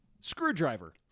screwdriver